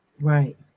Right